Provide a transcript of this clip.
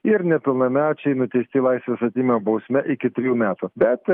ir nepilnamečiai nuteisti laisvės atėmimo bausme iki trejų metų bet